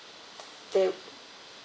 there